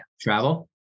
travel